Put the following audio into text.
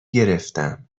گرفتم